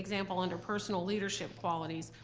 example, under personal leadership qualities,